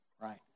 Right